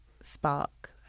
spark